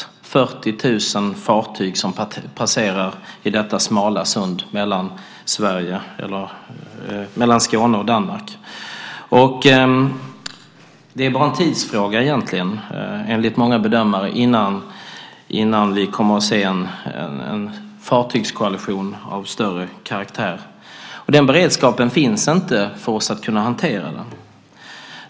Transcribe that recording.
Det är 40 000 fartyg som passerar i detta smala sund mellan Skåne och Danmark. Det är egentligen bara en tidsfråga enligt många bedömare innan vi kommer att se en fartygskollision av större karaktär. Det finns inte en beredskap för oss att kunna hantera det.